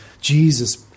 Jesus